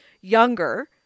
younger